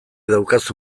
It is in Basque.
daukazu